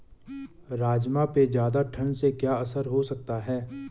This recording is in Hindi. राजमा पे ज़्यादा ठण्ड से क्या असर हो सकता है?